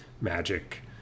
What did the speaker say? magic